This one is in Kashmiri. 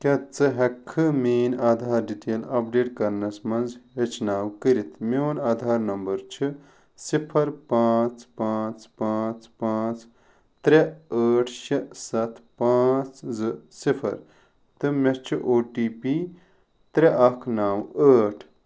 کیٛاہ ژٕ ہیٚکہِ کھا میٛٲنۍ آدھار ڈٹیل اپڈیٹ کرنَس منٛز ہیٚچھناو کٔرتھ میٛون آدھار نمبر چھُ صفر پانٛژھ پانٛژھ پانٛژھ پانٛژھ ترٛےٚ ٲٹھ شےٚ ستھ پانٛژھ زٕ صفر تہٕ مےٚ چھُ او ٹی پی ترٛےٚ اکھ نَو ٲٹھ